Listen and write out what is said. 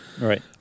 Right